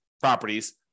properties